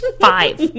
five